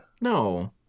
No